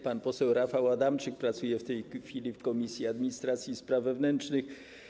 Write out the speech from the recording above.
Pan poseł Rafał Adamczyk pracuje w tej chwili w Komisji Administracji i Spraw Wewnętrznych.